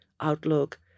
outlook